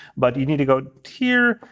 but you need to go here,